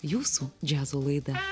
jūsų džiazo laida